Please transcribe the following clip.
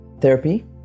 therapy